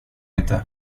inte